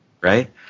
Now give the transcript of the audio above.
Right